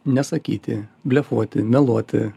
nesakyti blefuoti meluoti